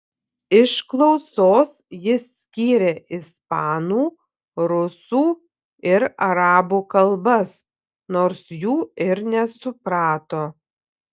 iš klausos jis skyrė ispanų rusų ir arabų kalbas nors jų ir nesuprato